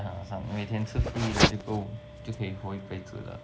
yeah some 每天吃 free 的就够就可以活一辈子了